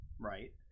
Right